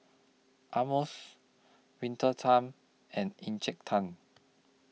Winter Time and Encik Tan